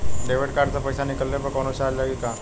Debit card से पैसा निकलले पर कौनो चार्ज लागि का?